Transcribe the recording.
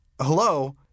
hello